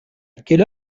quelle